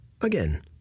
Again